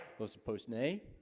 those opposed nay